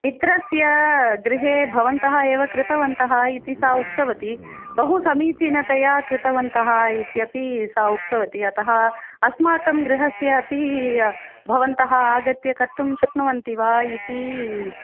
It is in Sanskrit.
मित्रस्य गृहे भवन्तः एव कृतवन्तः इति सा उक्तवती बहु समीचीनतया कृतवन्तः इत्यपि सा उक्तवती अतः अस्माकं गृहस्य अपि भवन्तः आगत्य कर्तुं शक्नुवन्ति वा इति